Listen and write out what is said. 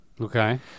Okay